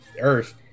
earth